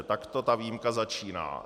Takto ta výjimka začínala.